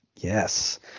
Yes